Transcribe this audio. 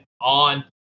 on